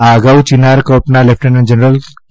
આ અગાઉ ચીનાર કોર્પના લેફટનન્ટ જનરલ કે